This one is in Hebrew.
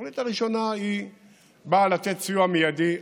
התוכנית הראשונה באה לתת סיוע מיידי.